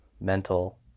mental